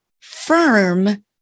firm